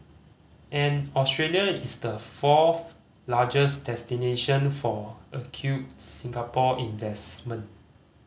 and Australia is the fourth largest destination for accrued Singapore investment